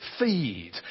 Feed